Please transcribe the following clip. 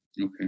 Okay